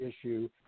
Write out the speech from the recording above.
issue